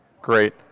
great